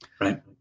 Right